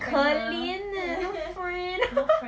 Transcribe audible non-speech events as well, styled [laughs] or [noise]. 可怜啊 no friend [laughs]